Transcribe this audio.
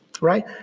right